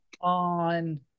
on